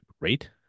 great